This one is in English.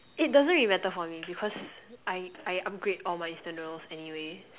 it doesn't even matter for me it because I I upgrade all my instant noodles anyway